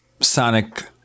sonic